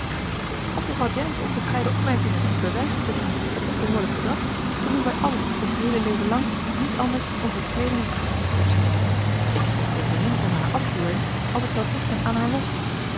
als mevrouw jennings onbescheiden opmerkingen tot bewijs moeten dienen van onbehoorlijk gedrag dan doen wij allen ons heele leven lang niet anders dan overtredingen begaan in dat opzicht ik geef evenmin om haar afkeuring als ik zou hechten aan haar lof